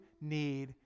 need